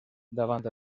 davant